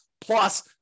plus